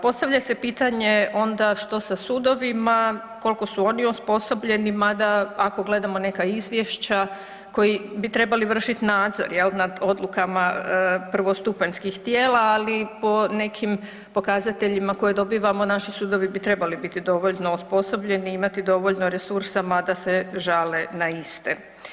Postavlja se pitanje onda što sa sudovima, koliko su oni osposobljeni mada ako gledamo neka izvješća koji bi trebali vršiti nadzor jel, nad odlukama prvostupanjskih tijela ali po nekim pokazateljima koje dobivamo, naši sudovi bi trebali biti dovoljno osposobljeni i imati dovoljno resursa mada se žale na iste.